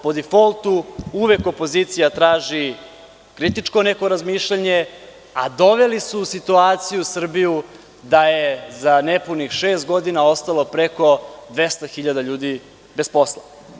Zašto po difoltu uvek opozicija traži neko kritičko razmišljanje, a doveli su u situaciju Srbiju da je za nepunih šest godina ostalo preko 200.000 ljudi bez posla.